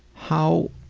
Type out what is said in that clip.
how